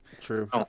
true